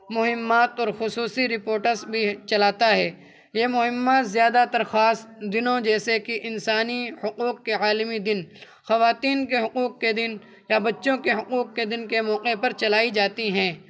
مہمات اور خصوصی رپوٹس بھی چلاتا ہے یہ مہمات زیادہ تر خاص دنوں جیسے کہ انسانی حقوق کے عالمی دن خواتین کے حقوق کے دن یا بچوں کے حقوق کے دن کے موقع پر چلائی جاتی ہیں